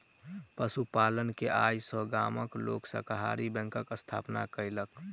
पशु पालन के आय सॅ गामक लोक सहकारी बैंकक स्थापना केलक